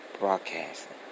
Broadcasting